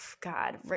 God